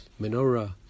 menorah